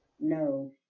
No